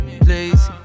please